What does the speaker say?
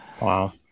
Wow